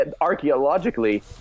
archaeologically –